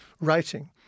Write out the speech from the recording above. writing